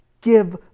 Give